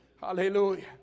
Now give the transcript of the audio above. hallelujah